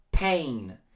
pain